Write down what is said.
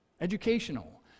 educational